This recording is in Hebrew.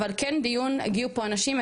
אבל כן דיון הגיעו פה אנשים,